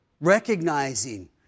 recognizing